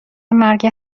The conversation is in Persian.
مرگ